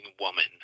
woman